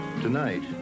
tonight